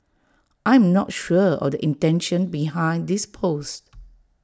I'm not sure of the intention behind this post